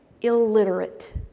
illiterate